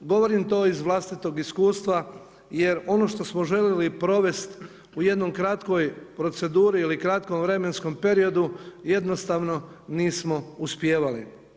Govorim to iz vlastitog iskustva, jer ono što smo željeli provesti u jednoj kratkoj proceduri ili kratkom vremenskom periodu, jednostavno nismo uspijevali.